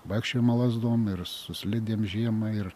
vaikščiojimo lazdom ir su slidėm žiemą ir